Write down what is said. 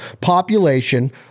population